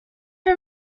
are